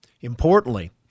Importantly